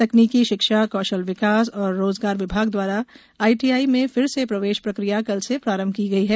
तकनीकी शिक्षा कौशल विकास एवं रोजगार विभाग द्वारा आईटीआई में फिर से प्रवेश प्रक्रिया कल से प्रारंभ की गई है